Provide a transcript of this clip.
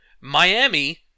Miami